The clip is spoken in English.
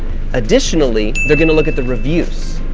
additionally, they're going to look at the reviews.